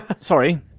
Sorry